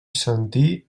sentir